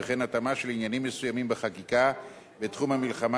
וכן התאמה של עניינים מסוימים בחקיקה בתחום המלחמה